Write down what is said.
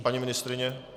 Paní ministryně?